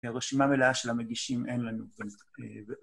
רשימה מלאה של המגישים אין לנו וזה.